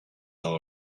all